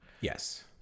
Yes